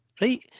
right